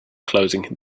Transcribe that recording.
closing